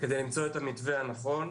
את המתווה הנכון.